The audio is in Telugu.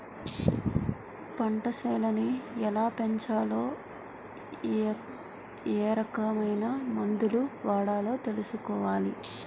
పంటసేలని ఎలాపెంచాలో ఏరకమైన మందులు వాడాలో తెలుసుకోవాలి